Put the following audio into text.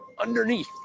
underneath